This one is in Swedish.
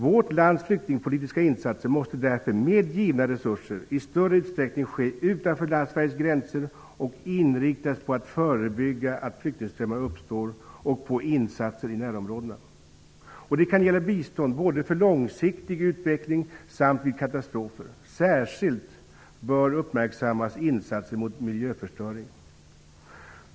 Vårt lands flyktingpolitiska insatser måste därför, med givna resurser, i större utsträckning ske utanför Sveriges gränser och inriktas på att förebygga att flyktingströmmar uppstår och på insatser i närområdena. Det kan gälla både bistånd för långsiktig utveckling och bistånd vid katastrofer. Särskilt bör uppmärksammas insatser mot miljöförstöring.